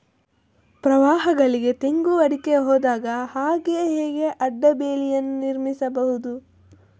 ಪ್ರವಾಹಗಳಿಗೆ ತೆಂಗು, ಅಡಿಕೆ ಹೋಗದ ಹಾಗೆ ಹೇಗೆ ಅಡ್ಡ ಬೇಲಿಯನ್ನು ನಿರ್ಮಿಸಬಹುದು?